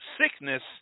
sickness